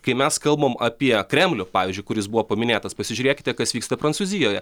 kai mes kalbam apie kremlių pavyzdžiui kuris buvo paminėtas pasižiūrėkite kas vyksta prancūzijoje